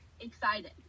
excited